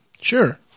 Sure